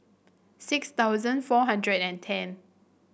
six thousand four hundred and ten